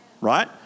right